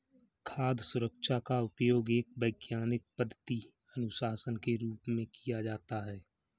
खाद्य सुरक्षा का उपयोग एक वैज्ञानिक पद्धति अनुशासन के रूप में किया जाता है